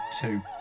two